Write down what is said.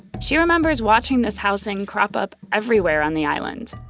she remembers watching this housing crop up everywhere on the island.